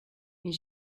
mais